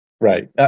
Right